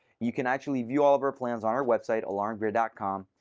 you can actually view all of our plans on our website, alarmgrid ah com.